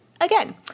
again